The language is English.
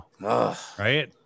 right